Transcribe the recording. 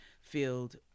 field